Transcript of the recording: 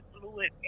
fluid